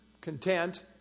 content